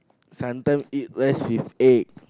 sometime eat rice with egg